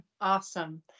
Awesome